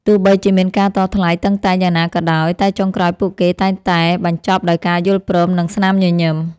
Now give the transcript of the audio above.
ទោះបីជាមានការតថ្លៃតឹងតែងយ៉ាងណាក៏ដោយតែចុងក្រោយពួកគេតែងតែបញ្ចប់ដោយការយល់ព្រម និងស្នាមញញឹម។